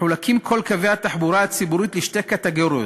כל קווי התחבורה הציבורית מחולקים לשתי קטגוריות: